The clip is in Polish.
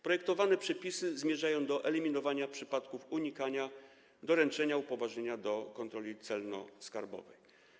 Projektowane przepisy zmierzają do wyeliminowania przypadków unikania doręczenia upoważnienia do przeprowadzenia kontroli celno-skarbowej.